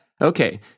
Okay